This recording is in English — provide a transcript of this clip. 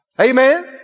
Amen